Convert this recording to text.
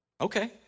Okay